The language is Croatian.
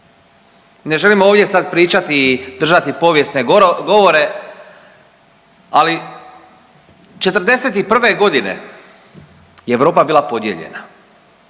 Ne želim ovdje sad pričati i držati povijesne govore, ali '41.g. je Europa bila podijeljena,